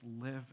live